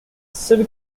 civic